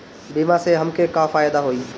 बीमा से हमके का फायदा होई?